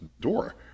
door